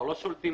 התיקון.